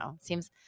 seems